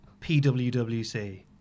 PWWC